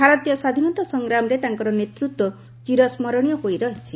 ଭାରତୀୟ ସ୍ୱାଧୀନତା ସଂଗ୍ରାମରେ ତାଙ୍କର ନେତୃତ୍ୱ ଚିରସ୍କରଣୀୟ ହୋଇ ରହିଛି